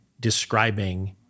describing